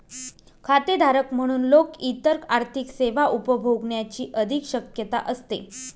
खातेधारक म्हणून लोक इतर आर्थिक सेवा उपभोगण्याची अधिक शक्यता असते